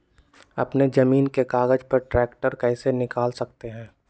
अपने जमीन के कागज पर ट्रैक्टर कैसे निकाल सकते है?